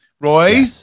Roy